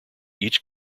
each